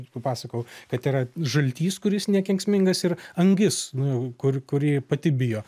papasakojau kad yra žaltys kuris nekenksmingas ir angis nu kur kuri pati bijo